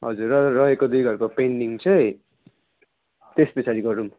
हजुर र रहेको दुई घरको पेन्डिङ चाहिँ त्यस पछाडि गरौँ